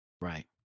Right